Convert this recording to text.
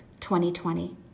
2020